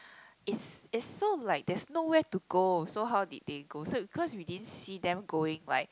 it's it's so like there's nowhere to go so how did they go so cause we didn't see them going right